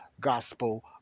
gospel